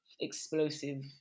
explosive